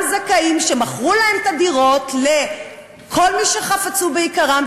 זכאים שמכרו להם את הדירות לכל מי שחפצו ביקרם,